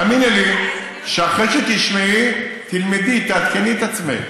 האמיני לי, אחרי שתשמעי, תלמדי, תעדכני את עצמך.